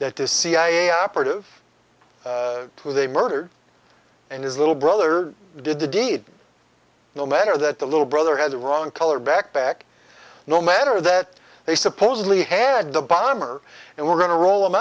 that the cia operative who they murdered and his little brother did the deed no matter that the little brother has a wrong color backpack no matter that they supposedly had the bomber and we're going to roll